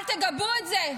אל תגבו את זה,